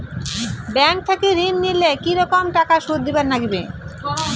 Bank থাকি ঋণ নিলে কি রকম টাকা সুদ দিবার নাগিবে?